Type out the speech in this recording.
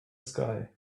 sky